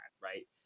right